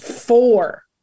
four